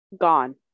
gone